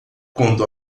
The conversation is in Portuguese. quando